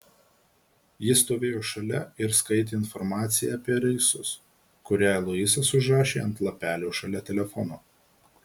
ji stovėjo šalia ir skaitė informaciją apie reisus kurią luisas užrašė ant lapelio šalia telefono